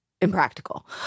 impractical